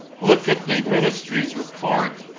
look at the ministry's report.